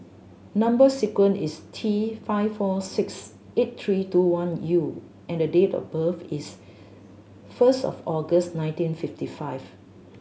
number sequence is T five four six eight three two one U and date of birth is first of August nineteen fifty five